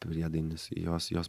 priedainis jos jos